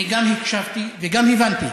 אני גם הקשבתי וגם הבנתי.